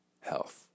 health